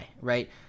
right